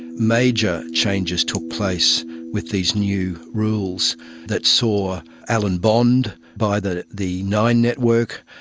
major changes took place with these new rules that saw alan bond buy the the nine network,